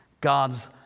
God's